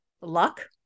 luck